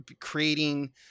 creating